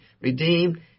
redeemed